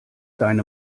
deine